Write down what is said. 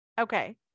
Okay